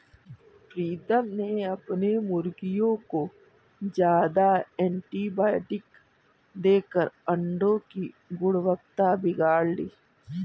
प्रीतम ने अपने मुर्गियों को ज्यादा एंटीबायोटिक देकर अंडो की गुणवत्ता बिगाड़ ली